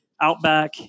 outback